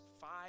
five